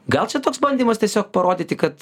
gal čia toks bandymas tiesiog parodyti kad